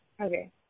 Okay